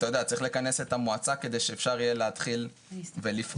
צריך לכנס את המועצה כדי שאפשר יהיה להתחיל ולפעול,